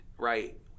right